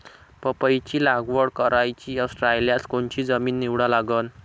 पपईची लागवड करायची रायल्यास कोनची जमीन निवडा लागन?